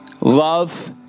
Love